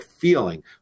feeling